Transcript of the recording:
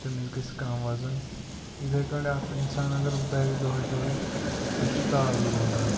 تٔمِس گژھہِ کَم وَزَن یِتھَے کٲٹھۍ اَکھ اِنسان اگر دَوِ دۄہَے دۄہَے سُہ چھُ تازٕ روزان